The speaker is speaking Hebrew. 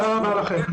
תודה רבה לכם.